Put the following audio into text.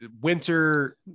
winter